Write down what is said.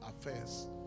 affairs